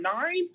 nine